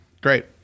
great